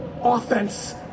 offense